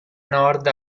nord